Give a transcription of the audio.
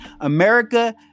America